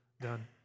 done